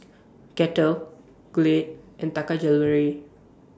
Kettle Glade and Taka Jewelry